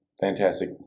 Fantastic